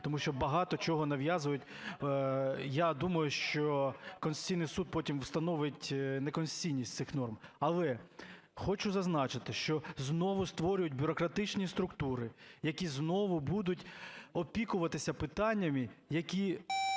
тому що багато чого нав'язують, я думаю, що Конституційний Суд потім встановить неконституційність цих норм. Але хочу зазначити, що знову створюють бюрократичні структури, які знову будуть опікуватися питаннями, які